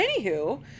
anywho